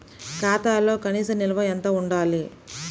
ఖాతాలో కనీస నిల్వ ఎంత ఉండాలి?